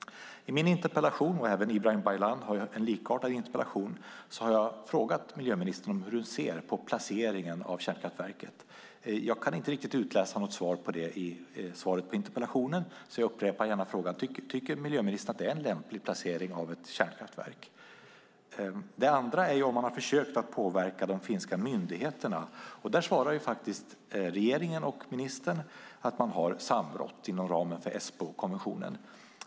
I min interpellation, och Ibrahim Baylan har en likartad interpellation, har jag frågat miljöministern hur hon ser på placeringen av kärnkraftverket. Jag kan inte riktigt utläsa något svar på det i svaret i interpellationen. Jag upprepar gärna frågan. Tycker miljöministern att det är en lämplig placering av ett kärnkraftverk? Det andra är om man har försökt att påverka de finska myndigheterna. Där svarar regeringen och ministern att man har samrått inom ramen för Esbokonventionen.